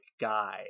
guy